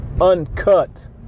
Uncut